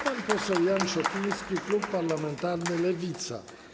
Pan poseł Jan Szopiński, klub parlamentarny Lewica.